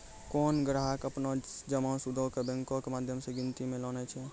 कोनो ग्राहक अपनो जमा सूदो के बैंको के माध्यम से गिनती मे लानै छै